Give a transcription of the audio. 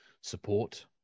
support